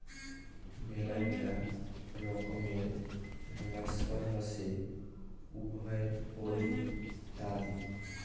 মেলাগিলা রকমের মোল্লাসক্স হসে উভরপদি ইত্যাদি